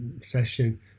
session